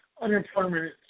unemployment